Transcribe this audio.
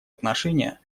отношения